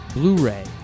Blu-ray